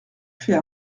fait